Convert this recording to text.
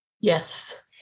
Yes